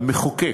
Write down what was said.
המחוקק,